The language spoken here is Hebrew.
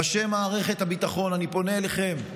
ראשי מערכת הביטחון, אני פונה אליכם: